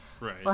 right